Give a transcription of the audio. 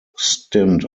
stint